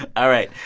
and all right.